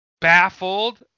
baffled